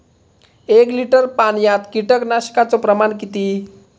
एक लिटर पाणयात कीटकनाशकाचो प्रमाण किती?